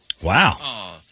Wow